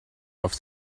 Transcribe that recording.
auf